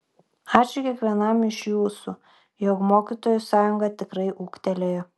ačiū kiekvienam iš jūsų jog mokytojų sąjunga tikrai ūgtelėjo